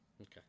Okay